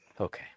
Okay